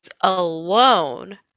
alone